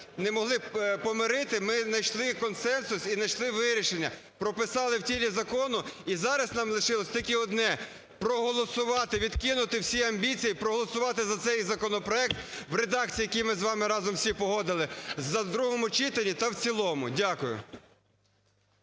не могли помирити, ми знайшли консенсус і найшли вирішення, прописали в тілі закону. І зараз нам лишилося тільки одне – проголосувати, відкинути всі амбіції, проголосувати за цей законопроект в редакції, яку ми з вами разом всі погодили, в другому читанні та в цілому. Дякую.